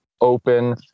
open